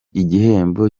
igihembo